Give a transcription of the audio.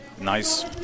nice